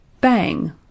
Bang